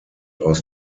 aus